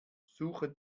suche